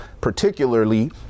particularly